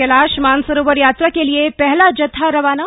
कैलाश मानसरोवर यात्रा के लिए पहला जत्था रवाना